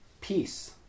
peace